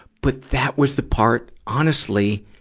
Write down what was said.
but that was the part, honestly,